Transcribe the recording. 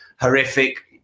horrific